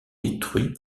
détruits